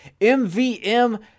MVM